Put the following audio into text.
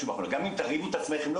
גם אם תרעיבו את עצמכן,